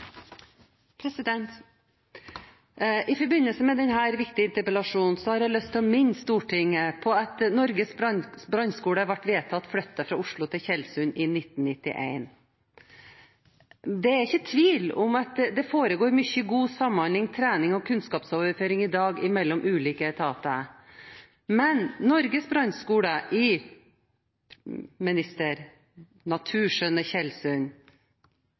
til. I forbindelse med denne viktige interpellasjonen har jeg lyst til å minne Stortinget på at Norges brannskole ble vedtatt flyttet fra Oslo til Tjeldsund i 1991. Det er ikke tvil om at det foregår mye god samhandling, trening og kunnskapsoverføring i dag mellom ulike etater – men Norges brannskole – i naturskjønne